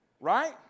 Right